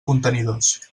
contenidors